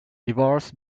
divorced